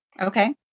Okay